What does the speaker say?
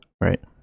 right